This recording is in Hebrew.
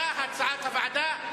כהצעת הוועדה.